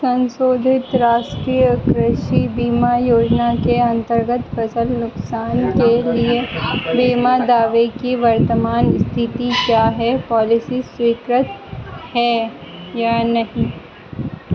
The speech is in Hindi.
सन्शोधित राष्ट्रीय कृषि बीमा योजना के अन्तर्गत फ़सल नुकसान के लिए बीमा दावे की वर्तमान इस्थिति क्या है पॉलिसी स्वीकृत है या नहीं